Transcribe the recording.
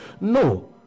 No